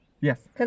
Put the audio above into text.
Yes